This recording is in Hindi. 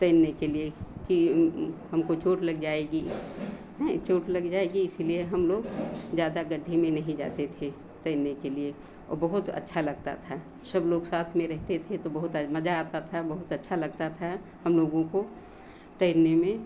तैरने के लिए कि हमको चोट लग जाएगी नहीं चोट लग जाएगी इसीलिए हम लोग ज़्यादा गढ्ढे में नहीं जाते थे तैरने के लिए औ बहुत अच्छा लगता था सब लोग साथ में रहते थे तो बहुत अज मज़ा आता था बहुत अच्छा लगता था हम लोगों को तैरने में